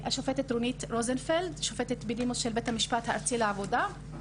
היא שופטת בדימוס של בית המשפט הארצי לעבודה.